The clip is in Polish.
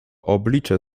oblicze